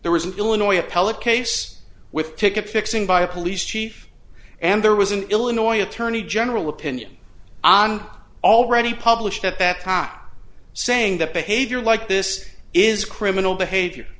there was an illinois appellate case with ticket fixing by a police chief and there was an illinois attorney general opinion on already published at that time saying that behavior like this is criminal behavior